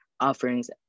offerings